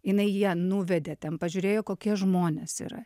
jinai ją nuvedė ten pažiūrėjo kokie žmonės yra